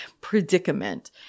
predicament